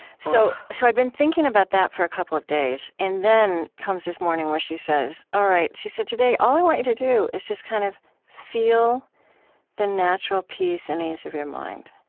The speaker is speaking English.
so so i'd been thinking about that for a couple of days, and then comes this morning where she says, all right. she said, today, all i want you to do is just kind of feel the natural peace and ease of your mind.